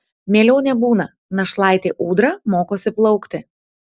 mieliau nebūna našlaitė ūdra mokosi plaukti